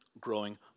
growing